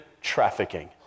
trafficking